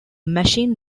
machine